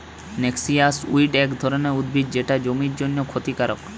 noxious weed এক ধরণের উদ্ভিদ যেটা জমির জন্যে ক্ষতিকারক